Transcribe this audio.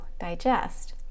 digest